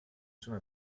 sono